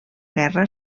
guerra